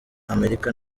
amerika